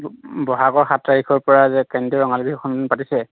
ব বহাগৰ সাত তাৰিখৰ পৰা যে কেন্দ্ৰীয় ৰঙালী বিহু সন্মিলন যে পাতিছে